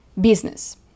business